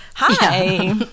Hi